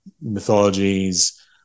mythologies